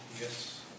Yes